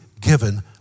given